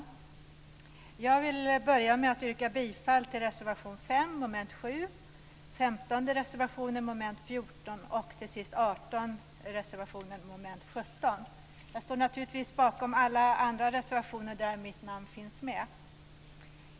Jag vill börja med att yrka bifall till reservation 5 under mom. 7, reservation 15 under mom. 14 och reservation 18 under mom. 17. Jag står naturligtvis bakom alla andra reservationer där mitt namn finns med.